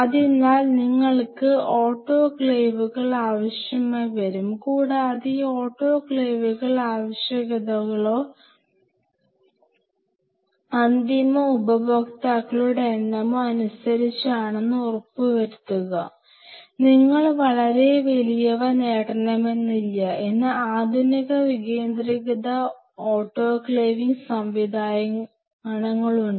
അതിനാൽ നിങ്ങൾക്ക് ഓട്ടോക്ലേവുകൾ ആവശ്യമായി വരും കൂടാതെ ഈ ഓട്ടോക്ലേവുകൾ ആവശ്യകതകളോ അന്തിമ ഉപയോക്താക്കളുടെ എണ്ണമോ അനുസരിച്ചാണെന്ന് ഉറപ്പുവരുത്തുക നിങ്ങൾ വളരെ വലിയവ നേടണമെന്നില്ല ഇന്ന് ആധുനിക കേന്ദ്രീകൃത ഓട്ടോക്ലേവിംഗ് സൌകര്യങ്ങളുണ്ട്